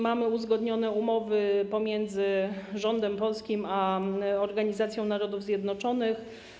Mamy uzgodnione umowy pomiędzy rządem polskim a Organizacją Narodów Zjednoczonych.